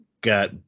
got